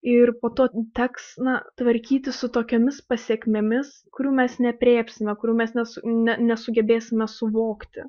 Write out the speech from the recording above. ir po to teks na tvarkytis su tokiomis pasekmėmis kurių mes neaprėpsime kurių mes nes ne nesugebėsime suvokti